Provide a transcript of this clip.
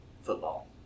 football